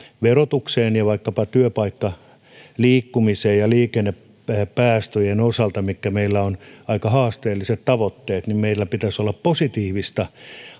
verotukseen ja vaikkapa työpaikkaliikkumiseen liikennepäästöjen osalta missä meillä on aika haasteelliset tavoitteet meillä pitäisi olla positiivista